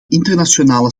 internationale